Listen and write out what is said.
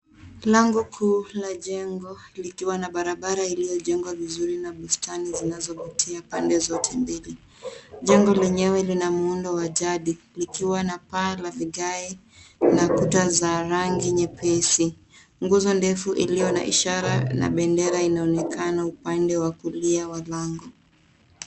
Lango kuu la jengo likiwa na barabara iliyojengwa vizuri na bustani zinazovutia pande zote mbili. Jengo lenyewe lina muundo wa jadi, likiwa na paa la vigae na kuta za rangi nyepesi. Nguzo ndefu iliyo na ishara na bendera inaonekana upande wa kulia wa lango.